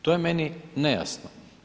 To je meni nejasno.